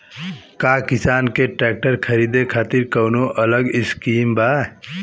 का किसान के ट्रैक्टर खरीदे खातिर कौनो अलग स्किम बा?